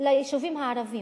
ליישובים הערביים,